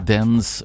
Dens